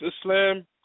Islam